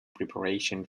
preparation